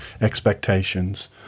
expectations